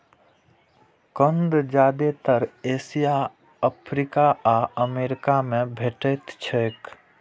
कंद जादेतर Asia, Africa आ अमेरिका मे भेटैत छैक